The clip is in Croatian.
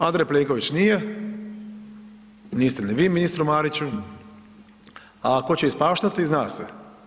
Andrej Plenković nije, niste ni vi ministru Mariću, a tko će ispaštati, zna se.